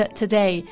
today